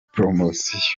promosiyo